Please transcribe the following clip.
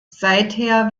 seither